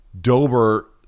Dober